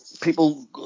people